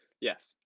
Yes